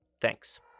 Thanks